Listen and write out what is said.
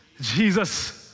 Jesus